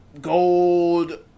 gold